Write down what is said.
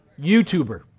YouTuber